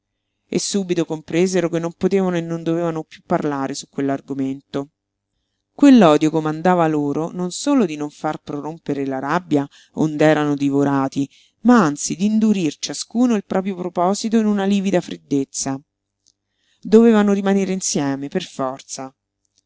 e subito compresero che non potevano e non dovevano piú parlare su quell'argomento quell'odio comandava loro non solo di non far prorompere la rabbia ond'erano divorati ma anzi d'indurir ciascuno il proprio proposito in una livida freddezza dovevano rimanere insieme per forza